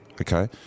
Okay